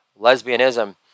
lesbianism